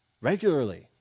regularly